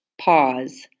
pause